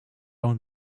own